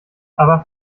aber